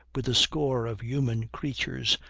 with a score of human creatures,